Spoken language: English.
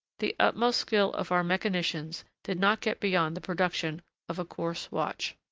the utmost skill of our mechanicians did not get beyond the production of a coarse watch.